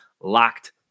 LOCKED